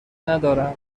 ندارم